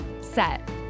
set